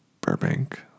Burbank